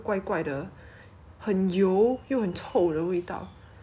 but we~ we just like thought like like maybe it's just the smell here or something then